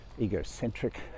egocentric